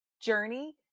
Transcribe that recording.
journey